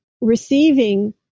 receiving